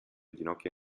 ginocchia